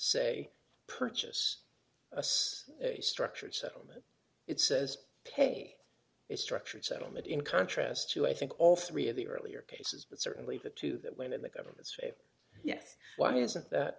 say purchase a six structured settlement it says ok it's structured settlement in contrast to i think all three of the earlier cases but certainly the two that went in the government's favor yes why isn't that